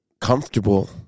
comfortable